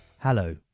Hello